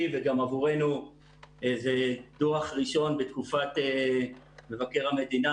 וגם עבורנו זה דוח ראשון בתקופת מבקר המדינה,